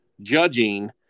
judging